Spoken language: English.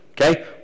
Okay